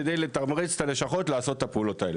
כדי לתמרץ את הלשכות לעשות את הפעולות האלה,